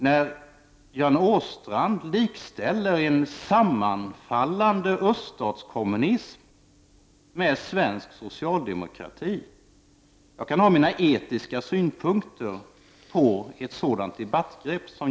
När Göran Åstrand likställer en sammanfallande öststatskommunism med svensk socialdemokrati har jag vissa etiska synpunkter på det debattgreppet.